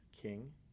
king